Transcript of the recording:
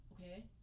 okay